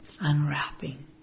unwrapping